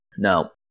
Now